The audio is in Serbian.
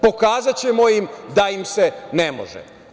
Pokazaćemo im da im se ne može.